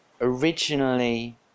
originally